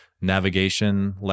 navigation